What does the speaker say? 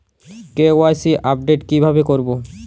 KYC update কিভাবে করবো?